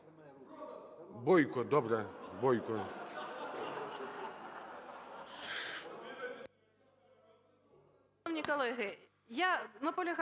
Бойко. Добре. Бойко.